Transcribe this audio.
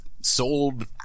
sold